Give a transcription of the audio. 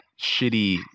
shitty